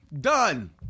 Done